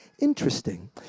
interesting